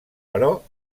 però